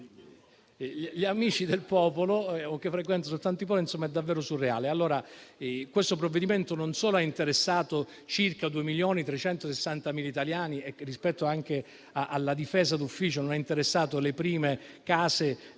gli amici del popolo, o chi frequenta soltanto i poveri, insomma, è davvero surreale. Questo provvedimento non solo ha interessato circa 2.360.000 italiani; rispetto anche alla difesa d'ufficio, non ha interessato le prime case dei